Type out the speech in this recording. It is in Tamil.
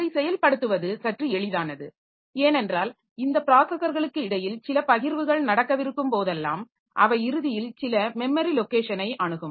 அதை செயல்படுத்துவது சற்று எளிதானது ஏனென்றால் இந்த ப்ராஸஸர்களுக்கு இடையில் சில பகிர்வுகள் நடக்கவிருக்கும் போதெல்லாம் அவை இறுதியில் சில மெமரி லொக்கேஷனை அணுகும்